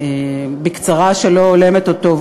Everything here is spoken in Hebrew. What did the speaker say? ובקצרה שלא הולמת אותו,